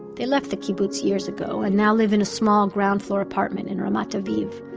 they left the kibbutz, years ago, and now live in a small ground floor apartment in ramat aviv,